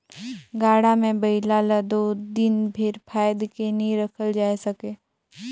गाड़ा मे बइला ल दो दिन भेर फाएद के नी रखल जाए सके